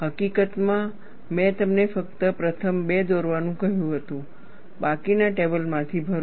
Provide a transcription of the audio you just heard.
હકીકતમાં મેં તમને ફક્ત પ્રથમ બે દોરવાનું કહ્યું હતું બાકીના ટેબલમાંથી ભરો